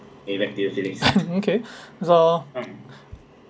okay that's all